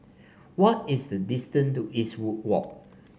what is the distance to Eastwood Walk